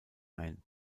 ein